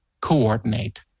Coordinate